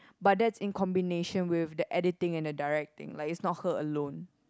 but that's in combination with the editing and the directing like it's not her alone